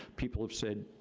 people have said,